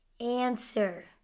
answer